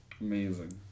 Amazing